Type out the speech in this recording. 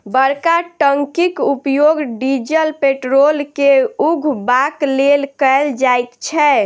बड़का टंकीक उपयोग डीजल पेट्रोल के उघबाक लेल कयल जाइत छै